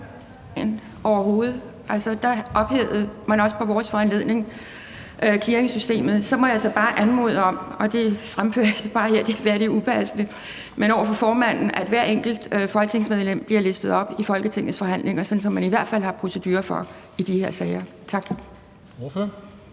... Der ophævede man også på vores foranledning clearingssystemet. Så må jeg bare anmode om – og det fremfører jeg så bare her, og det kan være, at det er upassende – over for formanden, at hver enkelt folketingsmedlem bliver listet op i Folketingets forhandlinger, sådan som man i hvert fald har præcedens for i de her sager. Tak.